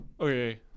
Okay